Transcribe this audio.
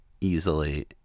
easily